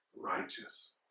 righteous